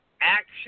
Action